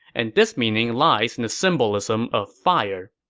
and this meaning lies in the symbolism of fire.